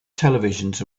televisions